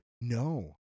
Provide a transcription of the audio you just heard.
No